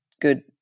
good